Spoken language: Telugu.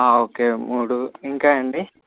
ఓకే మూడు ఇంకా అండి